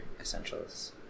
essentials